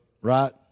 Right